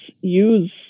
use